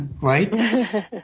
right